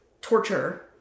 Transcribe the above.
torture